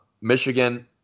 Michigan